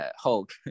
Hulk